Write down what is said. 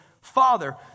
father